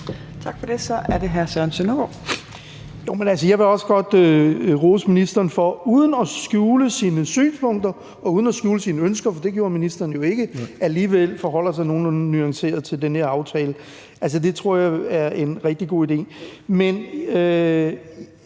Jeg vil også godt rose ministeren for uden at skjule sine synspunkter og uden at skjule sine ønsker – for det gjorde ministeren jo ikke - alligevel at forholde sig nogenlunde nuanceret til den her aftale. Det tror jeg er en rigtig god idé.